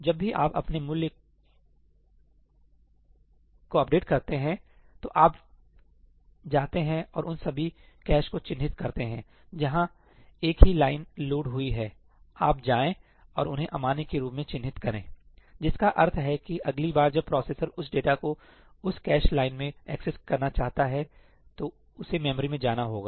जब भी आप अपने मूल्य को अपडेट करते हैं तो आप जाते हैं और उन सभी कैश को चिह्नित करते हैं जहां एक ही लाइन लोड हुई हैआप जाएं और उन्हें अमान्य के रूप में चिह्नित करें जिसका अर्थ है कि अगली बार जब प्रोसेसर उस डेटा को उस कैश लाइन में एक्सेस करना चाहता है तो उसे मेमोरी में जाना होगा